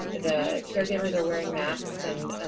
the caregivers are wearing masks and